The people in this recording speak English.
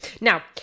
now